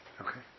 Okay